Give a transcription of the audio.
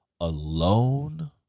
alone